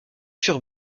sur